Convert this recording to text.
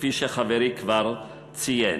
כפי שחברי כבר ציין.